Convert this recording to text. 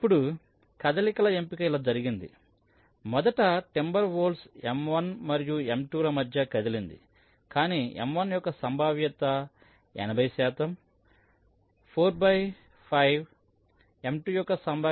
ఇప్పుడు కదలికల ఎంపిక ఇలా జరిగింది మొదట టింబర్వోల్ఫ్ M1 మరియు M2 ల మధ్య కదిలింది కానీ M1 యొక్క సంభావ్యత 80 శాతం 4 by 5 M2 యొక్క సంభావ్యత 20 శాతం 1 by 5